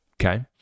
Okay